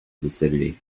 vicinity